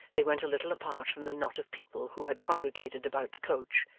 they went a little apart from the knot of people who had congregated about the coach,